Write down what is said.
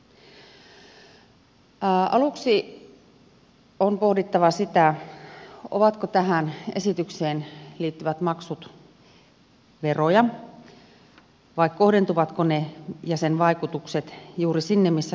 aluksi on pohdittava sitä ovatko tähän esitykseen liittyvät maksut veroja vai kohdentuvatko ne ja niiden vaikutukset juuri sinne missä kalastuksen hoito tapahtuu